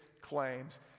claims